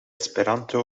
esperanto